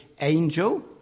angel